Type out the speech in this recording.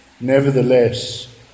Nevertheless